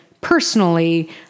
personally